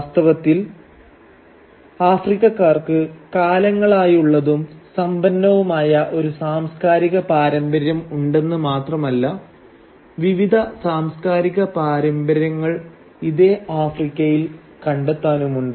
വാസ്തവത്തിൽ ആഫ്രിക്കക്കാർക്ക് കാലങ്ങളായുള്ളതും സമ്പന്നവുമായ ഒരു സാംസ്കാരിക പാരമ്പര്യം ഉണ്ടെന്ന് മാത്രമല്ല വിവിധ സാംസ്കാരിക പാരമ്പര്യങ്ങൾ ഇതേ ആഫ്രിക്കയിൽ കണ്ടെത്താനുമുണ്ട്